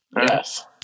Yes